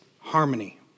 harmony